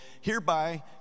hereby